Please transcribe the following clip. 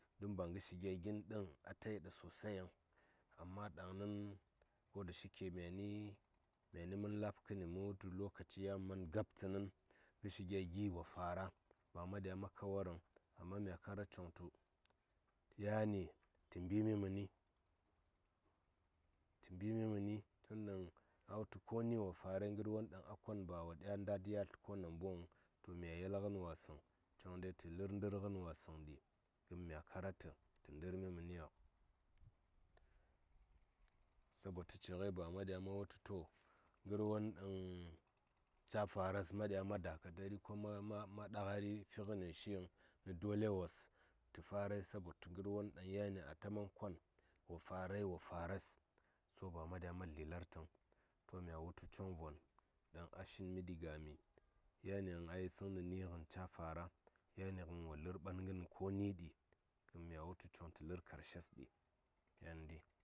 Don ba ngə shi gya gin ɗəŋ aya yiɗa sosai yiŋ amma ɗaŋnin ko da shi ke myani myani mən lab kəni mə wutu lokaci ya man gab tsənin ngəshi gya gi wo fara ba ma ɗya ma kawarəŋ amma mya kara choɲ tu yani tə mbi mi məni tə mbi məni tun ɗaŋ koni wo farai ngər won ɗaŋ a kon ba wo nɗad yatl ko nambon ŋəŋ to mya yel ngən wasəŋ choŋ de tə lər ndər ngən wasəŋ mya kara tə tə ndər mi məniyo sabo tə ci ngəi ba ma dya ma wultə tu ngər won ɗaŋ ca fara ma ɗya ma dakatar kuma ma ma ma ɗa ngəar fi ngəne shiŋ nə dole wos tə farai ɗaŋ yani wos ata man kon wo fari wo fares so ba ma ɗya ma dli lar təŋ to mya wutu choŋvon ɗaŋ a shiɗi gami yani in a yisəŋ ni ngən cya farea yani ngən wo lər ɓan ngən koni ɗi in mya wutu choŋ tə lər karshes ɗi yandi.